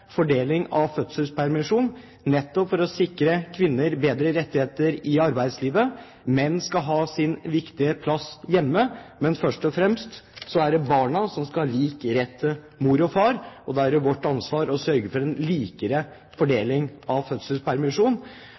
fordeling av fødselspermisjonen, nettopp for å sikre kvinner bedre rettigheter i arbeidslivet. Menn skal ha sin viktige plass hjemme, men først og fremst er det barna som skal ha lik rett til mor og far. Da er det vårt ansvar å sørge for en likere fordeling av